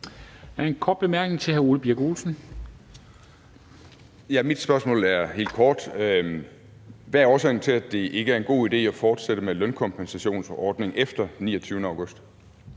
Ole Birk Olesen. Kl. 11:15 Ole Birk Olesen (LA): Mit spørgsmål er helt kort: Hvad er årsagen til, at det ikke er en god idé at fortsætte med lønkompensationsordningen efter 29. august?